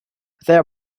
there